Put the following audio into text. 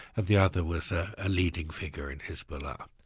and the other was a leading figure in hezbollah.